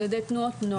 על ידי תנועות נוער,